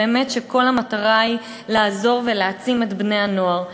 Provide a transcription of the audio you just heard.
ובאמת כל המטרה היא לעזור ולהעצים את בני-הנוער.